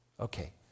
Okay